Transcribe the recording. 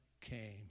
came